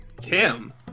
Tim